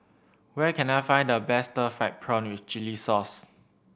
where can I find the best stir fried prawn with chili sauce